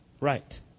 Right